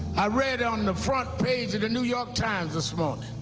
i read on the front page of the new york times this morning,